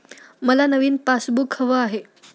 मला नवीन पासबुक हवं आहे